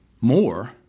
more